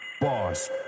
boss